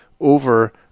over